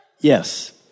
Yes